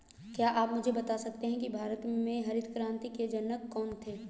क्या आप मुझे बता सकते हैं कि भारत में हरित क्रांति के जनक कौन थे?